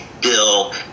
bill